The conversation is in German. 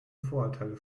vorurteile